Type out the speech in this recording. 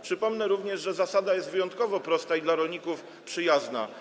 Przypomnę również, że zasada jest wyjątkowo prosta i dla rolników przyjazna.